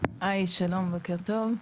היי, שלום, בוקר טוב.